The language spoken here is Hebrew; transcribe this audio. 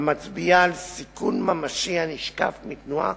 המצביעה על סיכון ממשי הנשקף מתנועה